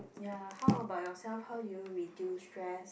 ya how about yourself how do you reduce stress